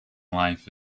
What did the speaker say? life